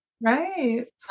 Right